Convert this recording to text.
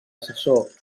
assessor